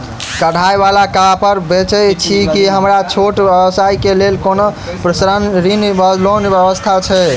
कढ़ाई वला कापड़ बेचै छीयै की हमरा छोट व्यवसाय केँ लेल कोनो ऋण वा लोन व्यवस्था छै?